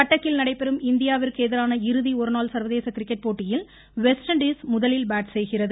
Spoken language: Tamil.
கட்டக்கில் நடைபெறும் இந்தியாவிந்கு எதிரான இறுதி ஒருநாள் சர்வதேச கிரிக்கெட் போட்டியில் வெஸ்ட் இண்டீஸ் முதலில் பேட் செய்கிறது